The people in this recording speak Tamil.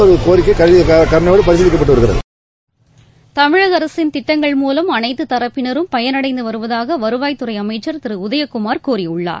அந்த கோரிக்கை கனிவோடு பரிசீலிக்கப்பட்டு வருகிறது தமிழக அரசின் திட்டங்கள் மூலம் அனைத்துத்தரப்பினரும் பயனடைந்து வருவதாக வருவாய்த்துறை அமைச்சர் திரு உதயகுமார் கூறியுள்ளார்